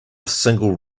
single